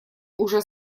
уже